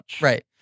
Right